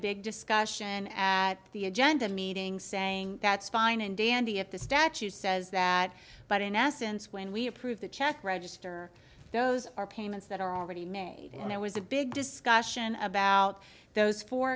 big discussion at the agenda meeting saying that's fine and dandy at the statute says that but in essence when we approve the check register those are payments that are already made and there was a big discussion about those four